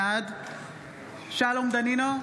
בעד שלום דנינו,